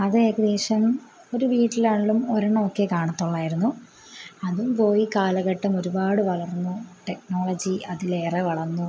അതേകദേശം ഒരു വീട്ടിലാൺലും ഒരൊണ്ണമൊക്കെ കാണാത്തൊള്ളായിരുന്നു അതും പോയി കാലഘട്ടം ഒരുപാട് വളർന്നു ടെക്നോളജി അതിലേറെ വളർന്നു